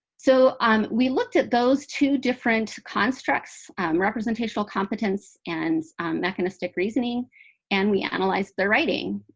so um we looked at those two different constructs representational competence and mechanistic reasoning and we analyzed the writing.